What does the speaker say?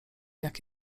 jak